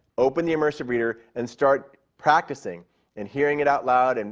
open the immersive reader, and start practicing and hearing it out loud, and